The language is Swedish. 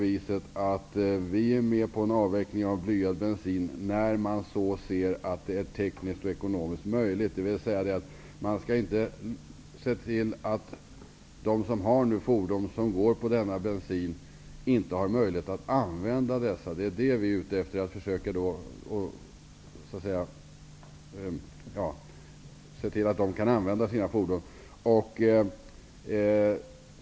Vi är med på en avveckling av blyad bensin när man ser att det är teknisk och ekonomiskt möjligt, dvs.det får inte bli så att de som har fordon som går på denna bensin, inte har möjlighet att använda dessa. Det är det vi är ute efter. Vi vill se till att de kan använda sina fordon.